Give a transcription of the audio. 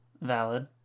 Valid